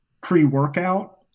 pre-workout